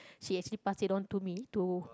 she actually pass it on to me to